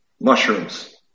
mushrooms